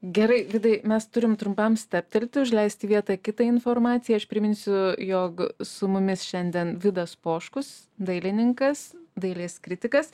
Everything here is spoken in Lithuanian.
gerai vidai mes turim trumpam stabtelti užleisti vietą kitai informacijai aš priminsiu jog su mumis šiandien vidas poškus dailininkas dailės kritikas